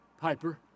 Piper